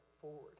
forward